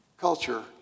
culture